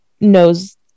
knows